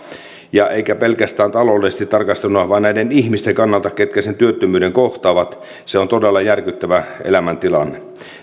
eikä pelkästään taloudellisesti tarkasteltuna vaan näiden ihmisten kannalta ketkä sen työttömyyden kohtaavat se on todella järkyttävä elämäntilanne